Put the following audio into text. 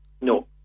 No